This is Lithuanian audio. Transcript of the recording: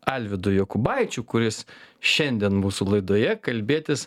alvydu jokubaičiu kuris šiandien mūsų laidoje kalbėtis